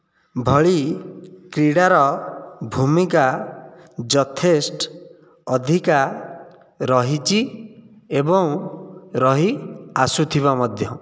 ଭଳି କ୍ରୀଡ଼ାର ଭୂମିକା ଯଥେଷ୍ଟ ଅଧିକା ରହିଛି ଏବଂ ରହିଆସୁଥିବ ମଧ୍ୟ